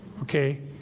Okay